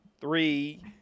Three